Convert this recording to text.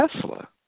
Tesla